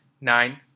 nine